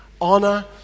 honor